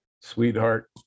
sweetheart